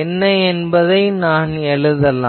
என்ன என்பதை நான் எழுதலாம்